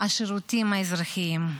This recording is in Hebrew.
השירותים האזרחיים,